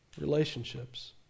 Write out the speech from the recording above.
Relationships